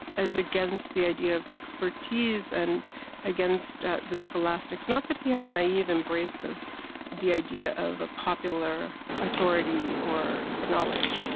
as against the idea of expertise and against the scholastics. not that he had a naive embrace of the idea of a popular authority or or knowledge,